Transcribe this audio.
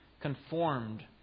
conformed